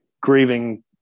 grieving